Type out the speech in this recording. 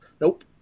Nope